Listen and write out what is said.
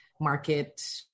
market